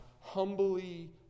humbly